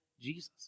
Jesus